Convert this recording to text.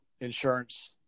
insurance